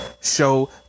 show